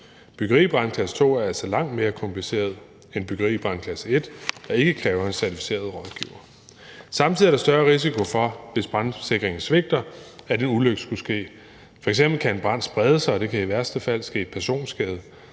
Byggeri i brandklasse 2 er altså langt mere kompliceret end byggeri i brandklasse 1, der ikke kræver en certificeret rådgiver. Der er samtidig større risiko for, hvis brandsikringen svigter, at en ulykke skulle ske. F.eks. kan en brand sprede sig, og der kan i værste fald ske personskade.